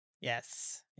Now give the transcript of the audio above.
yes